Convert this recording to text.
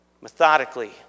methodically